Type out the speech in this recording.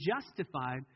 justified